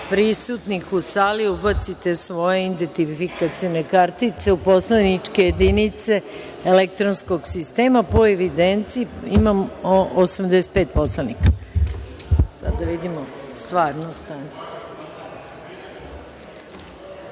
prisutnih u sali, ubacite svoje identifikacione kartice u poslaničke jedinice elektronskog sistema. Po evidenciji, imam 85 poslanika. Konstatujem